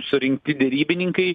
surinkti derybininkai